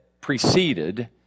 preceded